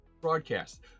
broadcast